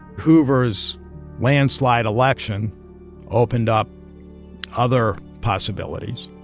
hoover's landslide election opened up other possibilities,